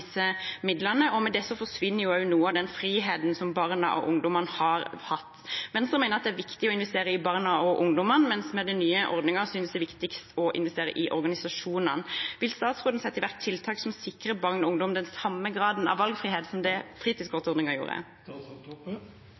forsvinner noe av den friheten barna og ungdommene har hatt. Venstre mener det er viktig å investere i barna og ungdommene, men med den nye ordningen synes det viktigst å investere i organisasjonene. Vil statsråden sette i verk tiltak som sikrer barn og ungdom den samme graden av valgfrihet som det fritidskortordningen gjorde?